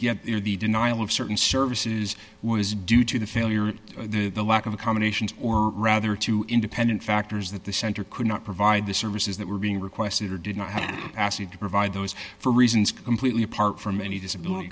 the denial of certain services was due to the failure the lack of accommodations or rather two independent factors that the center could not provide the services that were being requested or did not have asked me to provide those for reasons completely apart from any disability